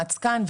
לחץ כאן.